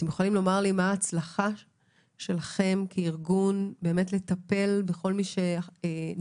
יכולים לומר לי מה ההצלחה שלכם כארגון לטפל בכל מי שנשארה